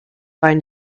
fine